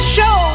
Show